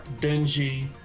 dingy